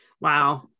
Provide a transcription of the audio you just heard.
Wow